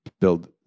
build